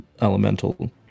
elemental